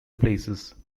places